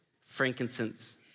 frankincense